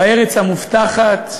בארץ המובטחת.